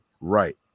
Right